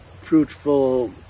fruitful